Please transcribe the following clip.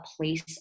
place